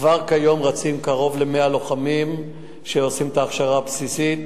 כבר כיום רצים קרוב ל-100 לוחמים שעושים את ההכשרה הבסיסית,